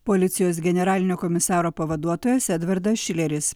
policijos generalinio komisaro pavaduotojas edvardas šileris